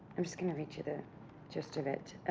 i'm just gonna read you the gist of it.